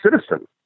citizen